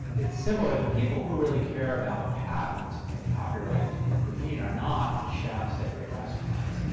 it's similar. the people who really care about patent and copyright in cuisine are not the chefs at great restaurants.